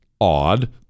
odd